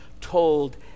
told